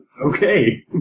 Okay